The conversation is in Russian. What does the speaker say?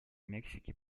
мексики